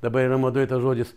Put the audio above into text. dabar yra madoj tas žodis